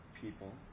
people